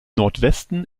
nordwesten